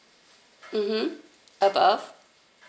mmhmm above